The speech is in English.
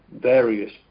various